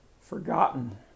forgotten